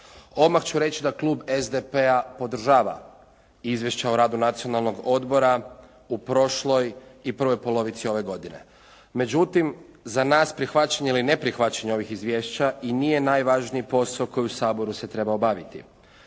Odmah ću reći da klub SDP-a podržava Izvješće o radu Nacionalnog odbora u prošloj i prvoj polovici ove godine, međutim za nas prihvaćanje ili neprihvaćanje ovih izvješća i nije najvažniji posao koji u Saboru se treba obaviti.